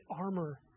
armor